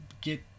get